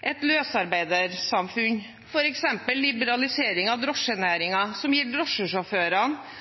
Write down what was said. et løsarbeidersamfunn med f.eks. en liberalisering av drosjenæringen som gir drosjesjåførene